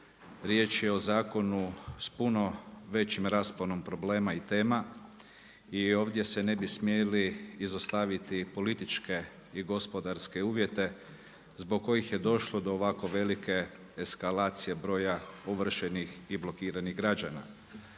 Riječ je o zakonu s puno većim rasponom problema i tema i ovdje se ne bi smijali izostaviti političke i gospodarske uvjete zbog kojih je došlo do ovako velike eskalacije broja ovršenih i blokiranih građana.